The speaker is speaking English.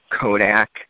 Kodak